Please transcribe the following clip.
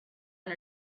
and